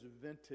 vintage